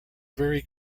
very